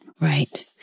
Right